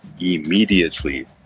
immediately